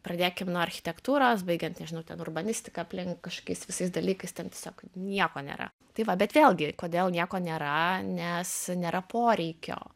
pradėkim nuo architektūros baigiant nežinau ten urbanistika aplink kažkokiais visais dalykais ten tiesiog nieko nėra tai va bet vėlgi kodėl nieko nėra nes nėra poreikio